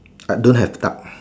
I don't have time